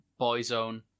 Boyzone